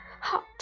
hot